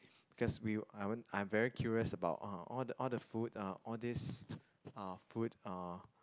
because we I won't I am very curious about uh all the all the food uh all these uh food uh